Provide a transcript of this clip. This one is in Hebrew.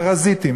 פרזיטים,